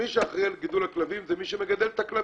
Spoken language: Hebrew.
מי שאחראי על גידול הכלבים זה מי שמגדל את הכלבים.